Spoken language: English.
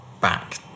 back